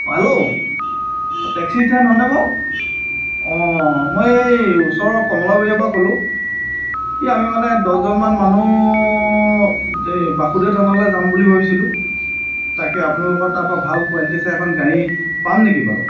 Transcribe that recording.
hello taxi stand হয় নে বাৰু মই এই ওচৰৰ কমলাবৰীয়া কলোঁ এই আমি মানে দছজনমান মানুহ এই বাসুদেৱ থানলে যাম বুলি ভাবিছিলোঁ তাকে আপোনালোকৰ তাৰ পৰা ভাল কোৱালিটি চাই পেলায় এখন গাড়ী পাম নেকি বাৰু